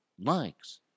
likes